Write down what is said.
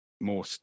more